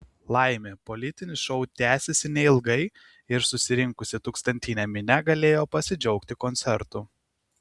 laimė politinis šou tęsėsi neilgai ir susirinkusi tūkstantinė minia galėjo pasidžiaugti koncertu